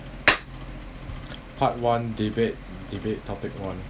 part one debate debate topic one